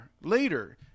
Later